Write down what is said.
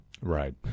Right